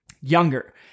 younger